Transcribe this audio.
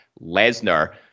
Lesnar